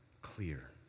Clear